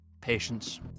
patience